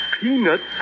Peanuts